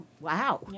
wow